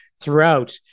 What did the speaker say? throughout